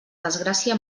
desgràcia